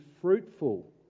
fruitful